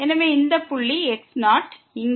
எனவே இந்த புள்ளி இங்கே